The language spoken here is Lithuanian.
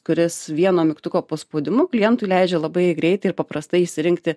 kuris vieno mygtuko paspaudimu klientui leidžia labai greitai ir paprastai išsirinkti